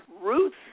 Ruth